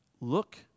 look